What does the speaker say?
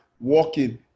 walking